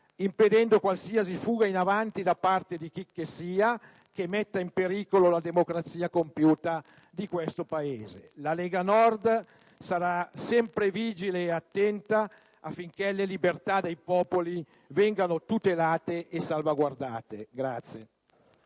impedendo qualsiasi fuga in avanti da parte di chicchessia che metta in pericolo la democrazia compiuta di questo Paese. La Lega Nord sarà sempre vigile ed attenta affinché le libertà dei popoli vengano tutelate e salvaguardate.